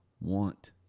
want